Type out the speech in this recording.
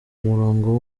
murongo